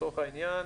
לצורך העניין,